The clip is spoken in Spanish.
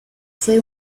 fue